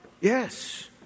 Yes